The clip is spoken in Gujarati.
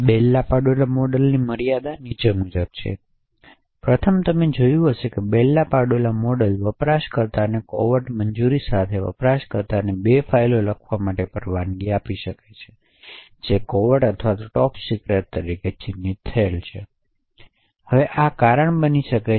બેલ લાપડુલા મોડેલની મર્યાદા નીચે મુજબ છે પ્રથમ તમે જોયું હશે કે બેલ લાપડુલા મોડેલ વપરાશકર્તાને કોવેર્ટ મંજૂરી સાથે વપરાશકર્તાને બે ફાઇલો લખવા માટે પરવાનગી આપે છે જે કોવેર્ટ અથવા ટોપ સિક્રેટ તરીકે ચિહ્નિત થયેલ છે હવે આ કારણ બની શકે છે